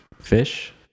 Fish